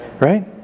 right